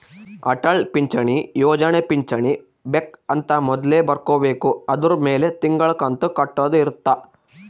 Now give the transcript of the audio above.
ಅಟಲ್ ಪಿಂಚಣಿ ಯೋಜನೆ ಪಿಂಚಣಿ ಬೆಕ್ ಅಂತ ಮೊದ್ಲೇ ಬರ್ಕೊಬೇಕು ಅದುರ್ ಮೆಲೆ ತಿಂಗಳ ಕಂತು ಕಟ್ಟೊದ ಇರುತ್ತ